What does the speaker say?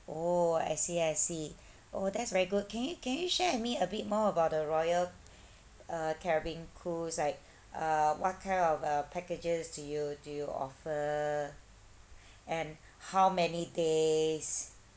oh I see I see oh that's very good can you can you share with me a bit more about the royal uh caribbean cruise like uh what kind of uh packages do you do you offer and how many days